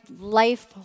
life